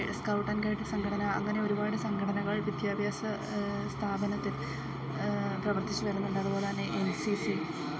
scout and guide സംഘടന അങ്ങനെ ഒരുപാട് സംഘടനകൾ വിദ്യാഭ്യാസ സ്ഥാപനത്തിൽ പ്രവർത്തിച്ച് വരുന്നുണ്ട് അതുപോലെ തന്നെ എൻ സി സി